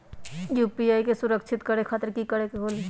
UPI सुरक्षित करे खातिर कि करे के होलि?